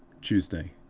tuesday.